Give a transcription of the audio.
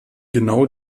genau